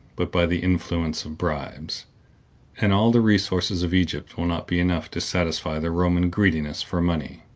but by the influence of bribes and all the resources of egypt will not be enough to satisfy the roman greediness for money.